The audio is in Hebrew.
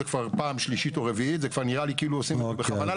זה כבר שלישית או רביעית - זה כבר נראה לי כאילו עושים את זה בכוונה,